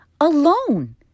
alone